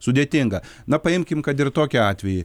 sudėtinga na paimkim kad ir tokį atvejį